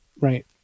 right